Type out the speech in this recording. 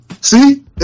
See